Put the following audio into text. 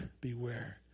beware